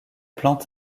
plante